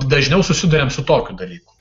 dažniau susiduriam su tokiu dalyku